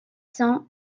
cents